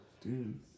Dude